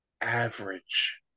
average